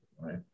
right